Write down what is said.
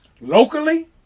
Locally